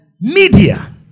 Media